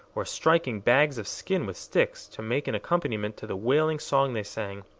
or striking bags of skin with sticks, to make an accompaniment to the wailing song they sang.